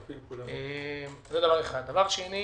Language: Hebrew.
שנית,